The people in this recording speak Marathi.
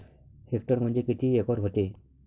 हेक्टर म्हणजे किती एकर व्हते?